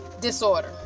disorder